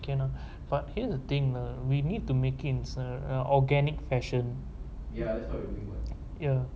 can ah but here's the thing lah we need to make it in a organic fashion ya